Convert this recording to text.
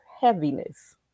heaviness